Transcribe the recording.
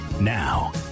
Now